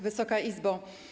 Wysoka Izbo!